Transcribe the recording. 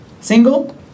Single